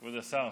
כבוד השר,